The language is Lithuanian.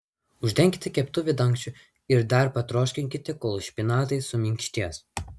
uždenkite keptuvę dangčiu ir dar patroškinkite kol špinatai suminkštės